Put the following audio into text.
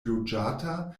loĝata